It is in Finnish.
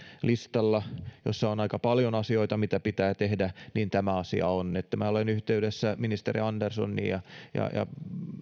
listallani jossa on aika paljon asioita mitä pitää tehdä tämä asia on minä olen yhteydessä ministeri anderssoniin ja ja